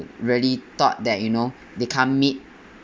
really thought that you know they can't make